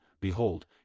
Behold